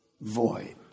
void